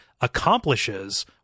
accomplishes